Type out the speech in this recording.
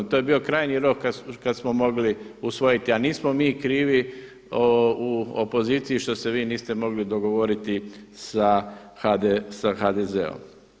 To je bio krajnji rok kad smo mogli usvojiti, a nismo mi krivi u opoziciji što se vi niste mogli dogovoriti sa HDZ-om.